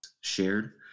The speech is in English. shared